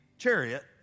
chariot